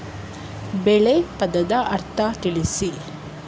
ಬೆಳೆ ಪದದ ಅರ್ಥ ತಿಳಿಸಿ?